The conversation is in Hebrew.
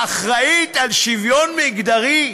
שאחראית לשוויון מגדרי,